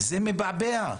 זה מבעבע.